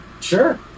Sure